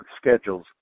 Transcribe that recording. schedules